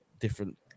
different